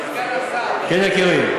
אדוני סגן השר, כן, יקירי.